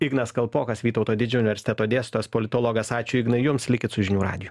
ignas kalpokas vytauto didžiojo universiteto dėstytojas politologas ačiū ignai jums likit su žinių radiju